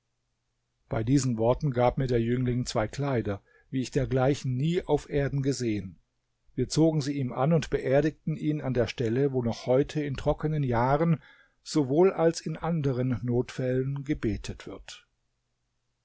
bei diesen worten gab mir der jüngling zwei kleider wie ich dergleichen nie auf erden gesehen wir zogen sie ihm an und beerdigten ihn an der stelle wo noch heute in trockenen jahren sowohl als in anderen notfällen gebetet wird